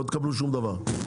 לא תקבלו שום דבר.